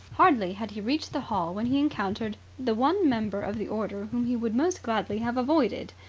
hardly had he reached the hall when he encountered the one member of the order whom he would most gladly have avoided.